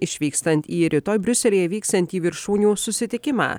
išvykstant į rytoj briuselyje vyksiantį viršūnių susitikimą